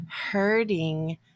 hurting